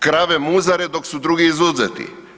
Krave muzare dok su drugi izuzeti.